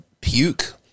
Puke